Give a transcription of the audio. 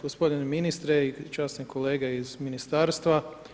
Gospodine ministre i časnim kolege iz ministarstva.